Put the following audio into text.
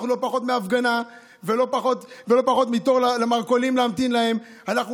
אנחנו לא פחות מהפגנה ולא פחות מתור למרכולים שממתינים בו להם.